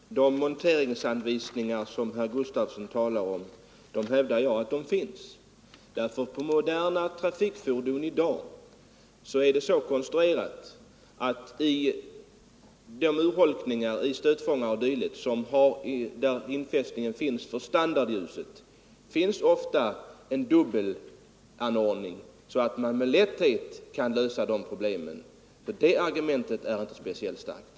Herr talman! De monteringsanordningar som herr Gustafson talar om finns redan. Moderna trafikfordon är så konstruerade att det ofta finns en dubbelanordning i de urholkningar i stötfångare o. d. där fästena för standardljusen finns. Problemet med monteringen kan man därför med lätthet lösa. Det argumentet är alltså inte speciellt starkt.